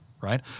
right